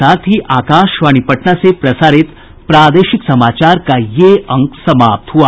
इसके साथ ही आकाशवाणी पटना से प्रसारित प्रादेशिक समाचार का ये अंक समाप्त हुआ